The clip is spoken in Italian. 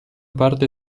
parte